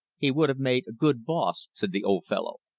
he would have made a good boss, said the old fellow.